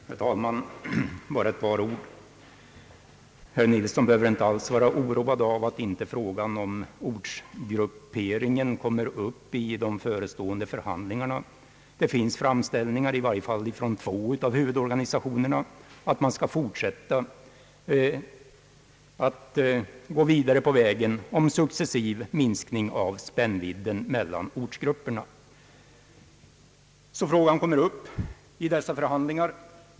Herr talman! Jag vill bara säga ett par ord. Herr Ferdinand Nilsson behöver inte alls vara oroad för att inte frågan om ortsgrupperingen kommer upp i de förestående förhandlingarna. Det har gjorts framställningar, i varje fall från två av huvudorganisationerna, om att man skall gå vidare på vägen med successiv minskning av spännvidden mellan ortsgrupperna. Frågan kommer alltså upp i dessa förhandlingar.